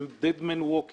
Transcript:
זה בן אדם מהלך מת.